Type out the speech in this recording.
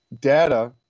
data